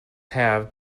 have